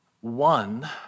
One